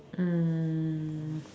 um